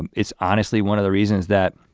and it's honestly one of the reasons that